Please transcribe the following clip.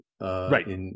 right